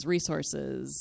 Resources